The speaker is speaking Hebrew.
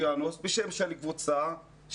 יש את הדבר המשותף,